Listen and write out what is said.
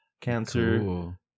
cancer